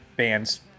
Bands